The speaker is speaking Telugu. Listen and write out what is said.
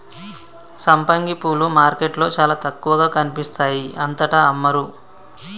సంపంగి పూలు మార్కెట్లో చాల తక్కువగా కనిపిస్తాయి అంతటా అమ్మరు